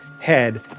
head